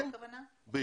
כן.